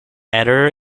editor